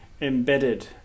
embedded